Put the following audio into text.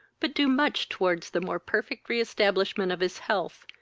but do much towards the more perfect re-establishment of his health,